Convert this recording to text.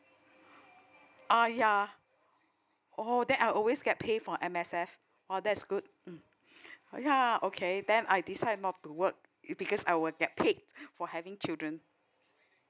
ah ya oh then I always get pay from M_S_F !wah! that's good mm ya okay then I decide not to work it because I will get paid for having children